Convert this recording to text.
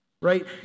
right